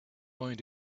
going